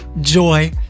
Joy